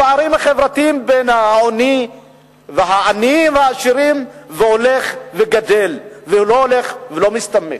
הפערים החברתיים בין העניים לעשירים הולכים וגדלים ולא הולכים ומצטמקים.